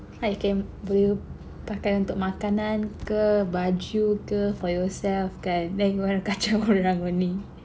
I can boleh pakai untuk makanan ke baju ke for yourself kan then go around kacau orang only